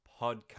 podcast